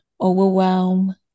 overwhelm